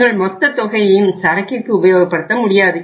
உங்கள் மொத்த தொகையையும் சரக்கிற்கு உபயோகப்படுத்த முடியாது